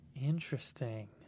Interesting